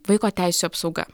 vaiko teisių apsauga